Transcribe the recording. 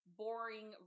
boring